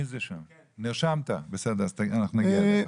אם כן בסדר, אז אנחנו נגיע אליך.